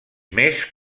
més